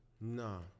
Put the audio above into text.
No